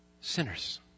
sinners